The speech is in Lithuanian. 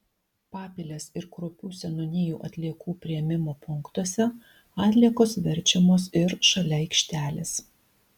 papilės ir kruopių seniūnijų atliekų priėmimo punktuose atliekos verčiamos ir šalia aikštelės